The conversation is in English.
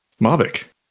Mavic